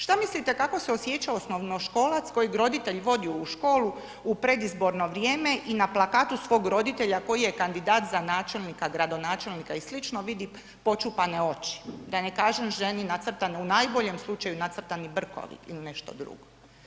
Što mislite kako se osjeća osnovnoškolac kojeg roditelj vodi u školu u predizborno vrijeme i na plakatu svog roditelja koji je kandidat za načelnika, gradonačelnika i sl. vidi počupane oči, da ne kažem ženi nacrtane, u najboljem slučaju nacrtani brkovi ili nešto drugo.